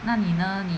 那你呢你